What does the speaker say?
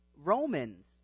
Romans